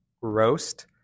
Roast